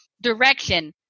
Direction